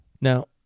Now